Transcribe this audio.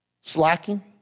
slacking